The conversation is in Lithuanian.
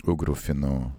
ugrų finų